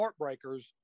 Heartbreakers